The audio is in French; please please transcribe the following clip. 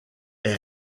est